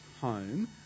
home